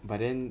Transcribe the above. but then